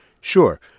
Sure